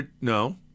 No